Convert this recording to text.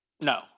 No